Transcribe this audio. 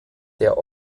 der